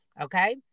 Okay